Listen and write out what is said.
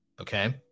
okay